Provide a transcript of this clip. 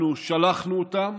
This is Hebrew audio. אנחנו שלחנו אותם